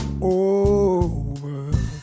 over